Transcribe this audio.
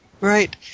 Right